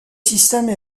systèmes